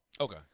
Okay